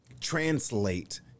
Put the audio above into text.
translate